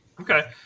Okay